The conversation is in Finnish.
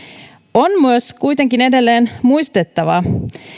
on myös kuitenkin edelleen muistettava